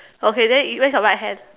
okay then you raise your right hand